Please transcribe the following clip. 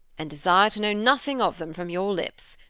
and desire to know nothing of them from your lips.